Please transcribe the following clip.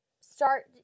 start